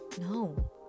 No